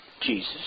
Jesus